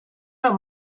out